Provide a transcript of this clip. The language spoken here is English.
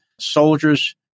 soldiers